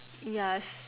ya